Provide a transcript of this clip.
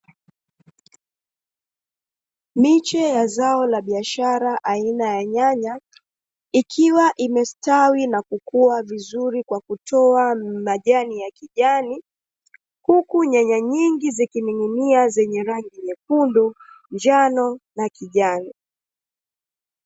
Miche ya aina ya zao la biashara aina ya nyanya, ikiwa imestawi na kukua vizuri kwakutoa majani yenye kijani huku nyanya nyingi zikining'inia zenye rangi nyekundu, njano na kijani.